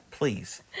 Please